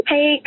Hey